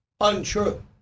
untrue